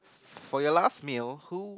for your last meal who